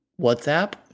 WhatsApp